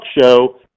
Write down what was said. show